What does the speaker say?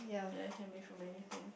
ya it can be from anything